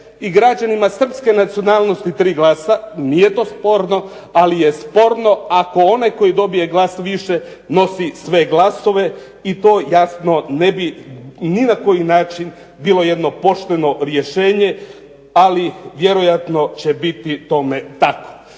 i građanima srpske nacionalnosti 3 glasa, nije to sporno, ali je sporno ako onaj koji dobije glas više nosi sve glasove i to jasno ne bi ni na koji način bilo jedno pošteno rješenje, ali vjerojatno će biti tome tako.